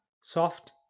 soft